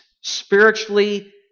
spiritually